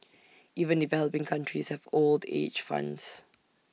even developing countries have old age funds